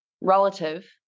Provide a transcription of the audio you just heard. relative